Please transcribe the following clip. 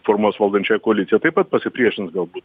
formuos valdančiąją koaliciją taip pat pasipriešins galbūt